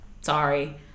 Sorry